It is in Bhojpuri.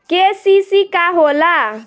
के.सी.सी का होला?